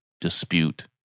dispute